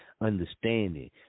understanding